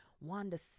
wanda